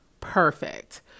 perfect